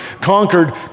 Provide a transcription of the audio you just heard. conquered